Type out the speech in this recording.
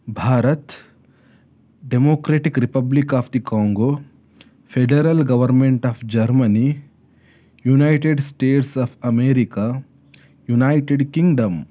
Bharat Democratic Republic of the Congo federal government of Germany United States of America United Kingdom